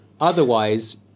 otherwise